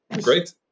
great